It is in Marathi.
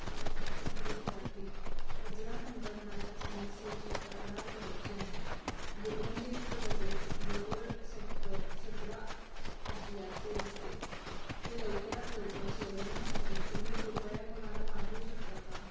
मला माझ्या परिसरातील कचरा संकलनाच्या समस्येची तक्रार करायची आहे दुर्गंधीयुक्त डबे जवळ सेक्टर सतरा असल्याचे दिसते हे लवकरात लवकर सोडवण्यासाठी तुम्ही कृपया कोणाला पाठवू शकता का